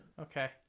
okay